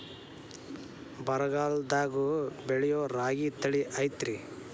ಬರಗಾಲದಾಗೂ ಬೆಳಿಯೋ ರಾಗಿ ತಳಿ ಐತ್ರಿ?